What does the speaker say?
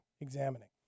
examining